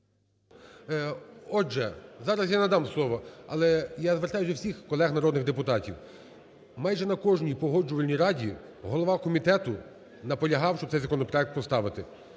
Отже, зараз я надам слово, але я звертаюся до всіх колег народних депутатів. Майже на кожній Погоджувальній раді голова комітету наполягав, щоб цей законопроект поставити.